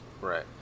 right